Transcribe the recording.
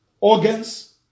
organs